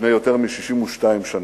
לפני יותר מ-62 שנה.